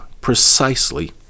precisely